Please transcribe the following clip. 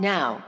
Now